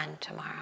tomorrow